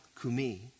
kumi